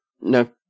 No